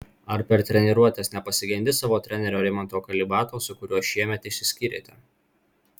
ar per treniruotes nepasigendi savo trenerio rimanto kalibato su kuriuo šiemet išsiskyrėte